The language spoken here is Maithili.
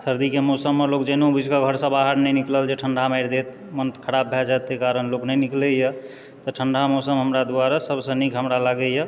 सरदीके मौसममे लोक जानिओ बुझि कऽ घरसँ बाहर नहि निकलल जे ठण्डा मारि देत मोन खराब भए जायत ताहि कारण लोक नहि निकलैए तऽ ठण्डा मौसम हमरा दुआरे सबसँ नीक हमरा लागैए